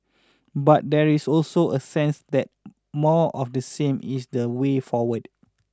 but there is also a sense that more of the same is the way forward